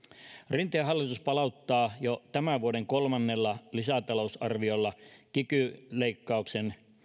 rinteen hallitus palauttaa jo tämän vuoden kolmannella lisätalousarviolla kiky leikkauksen